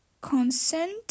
consent